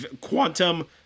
quantum